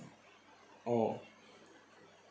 orh